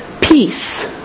peace